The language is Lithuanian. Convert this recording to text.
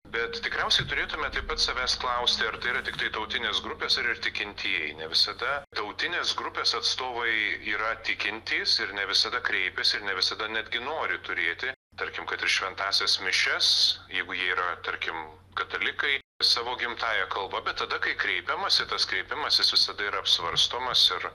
bet tikriausiai turėtume taip pat savęs klausti ar tai yra tiktai tautinės grupės ar ir tikintieji ne visada tautinės grupės atstovai yra tikintys ir ne visada kreipiasi ir ne visada netgi nori turėti tarkim kad ir šventąsias mišias jeigu jie yra tarkim katalikai savo gimtąja kalba bet tada kai kreipiamasi tas kreipimasis visada yra apsvarstomas ir